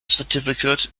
certificate